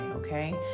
okay